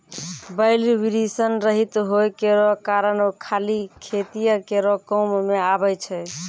बैल वृषण रहित होय केरो कारण खाली खेतीये केरो काम मे आबै छै